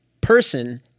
person